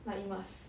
like you must